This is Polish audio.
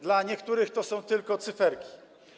Dla niektórych to są tylko cyferki.